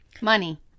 Money